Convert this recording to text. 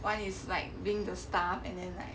one is like being the staff and then like